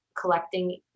collecting